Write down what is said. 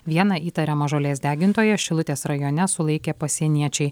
vieną įtariamą žolės degintoją šilutės rajone sulaikė pasieniečiai